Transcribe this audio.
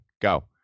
Go